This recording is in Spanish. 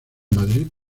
madrid